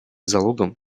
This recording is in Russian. залогом